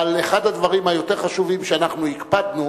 אבל אחד הדברים היותר חשובים שאנחנו הקפדנו